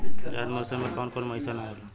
जायद मौसम में काउन काउन महीना आवेला?